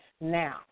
now